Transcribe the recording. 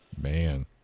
Man